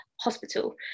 hospital